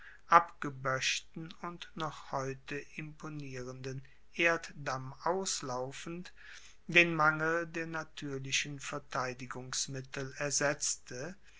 abgeboeschten und noch heute imponierenden erddamm auslaufend den mangel der natuerlichen verteidigungsmittel ersetzte